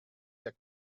der